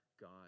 God